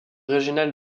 régionale